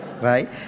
Right